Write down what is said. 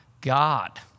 God